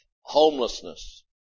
homelessness